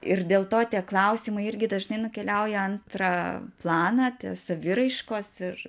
ir dėl to tie klausimai irgi dažnai nukeliauja antrą planą saviraiškos ir